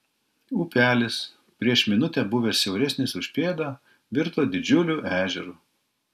upelis prieš minutę buvęs siauresnis už pėdą virto didžiuliu ežeru